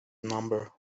number